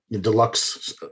deluxe